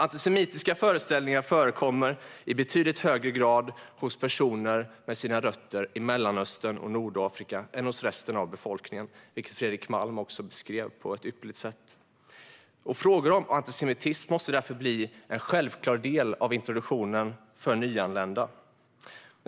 Antisemitiska föreställningar förekommer i betydligt högre grad hos personer med sina rötter i Mellanöstern och Nordafrika än hos resten av befolkningen, vilket Fredrik Malm också beskrev på ett ypperligt sätt. Frågor om antisemitism måste därför bli en självklar del av introduktionen för nyanlända.